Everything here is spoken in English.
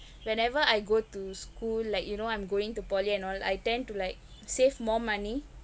whenever I go to school like you know I'm going to poly and all I tend to like save more money